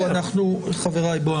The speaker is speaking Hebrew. חבריי,